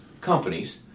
companies